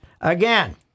Again